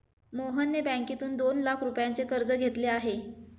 मोहनने बँकेतून दोन लाख रुपयांचे कर्ज घेतले आहे